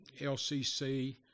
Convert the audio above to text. LCC